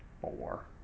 four